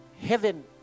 Heaven